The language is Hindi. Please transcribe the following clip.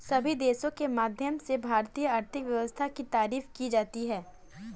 सभी देशों के माध्यम से भारतीय आर्थिक व्यवस्था की तारीफ भी की जाती है